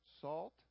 Salt